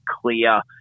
clear